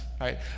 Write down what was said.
Right